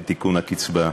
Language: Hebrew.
את תיקון הקצבה.